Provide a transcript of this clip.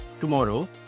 tomorrow